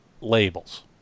labels